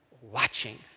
watching